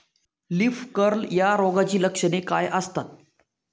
Leaf curl या रोगाची लक्षणे काय असतात?